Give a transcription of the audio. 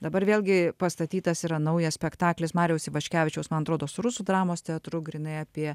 dabar vėlgi pastatytas yra naujas spektaklis mariaus ivaškevičiaus man atrodo su rusų dramos teatru grynai apie